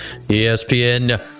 ESPN